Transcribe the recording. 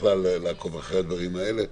בכלל לעקוב אחרי הדברים האלה.